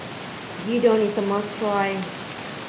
Gyudon is a must try